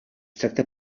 tracta